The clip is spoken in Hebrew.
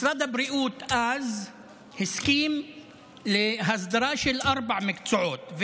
משרד הבריאות אז הסכים להסדרה של ארבעה מקצועות,